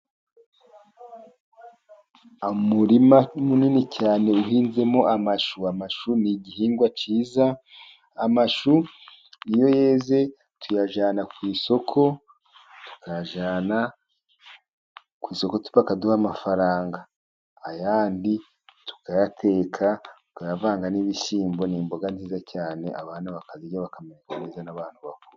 umurima munini cyane uhinzemo amashu. Amashu ni igihingwa cyiza, amashu iyo yeze tuyajyana ku isoko, tukayajyana ku isoko bakaduha amafaranga, ayandi tukayateka, tukayavanga n'ibishyimbo, ni imboga nziza cyane, abana bakazirya bakamererwa neza n'abantu bakuru.